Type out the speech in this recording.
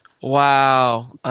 Wow